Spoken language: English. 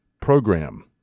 program